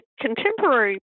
contemporary